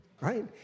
right